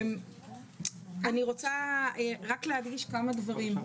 אני רוצה רק להדגיש כמה דברים.